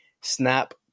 Snap